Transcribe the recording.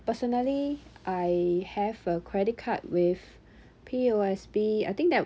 personally I have a credit card with P_O_S_B I think that